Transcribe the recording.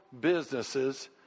businesses